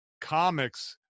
comics